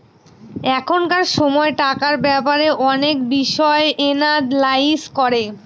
এখনকার সময় টাকার ব্যাপারে অনেক বিষয় এনালাইজ করে